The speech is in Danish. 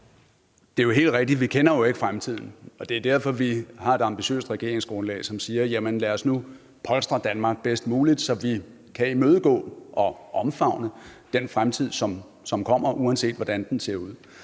Det er jo helt rigtigt, at vi ikke kender fremtiden, og det er derfor, vi har et ambitiøst regeringsgrundlag, som siger: Lad os nu polstre Danmark bedst muligt, så vi kan imødegå det og omfavne den fremtid, som kommer, uanset hvordan den ser ud.